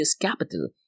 Capital